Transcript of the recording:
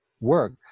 work